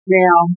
now